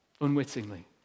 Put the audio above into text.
Unwittingly